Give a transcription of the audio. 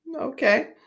Okay